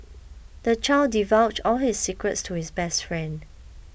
the child divulged all his secrets to his best friend